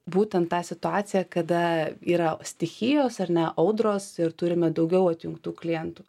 būtent tą situaciją kada yra stichijos ar ne audros ir turime daugiau atjungtų klientų